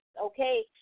okay